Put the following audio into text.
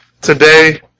today